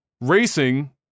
racing